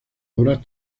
obras